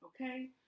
okay